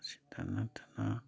seat ꯅꯠꯇꯅ